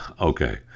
Okay